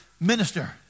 minister